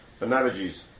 Analogies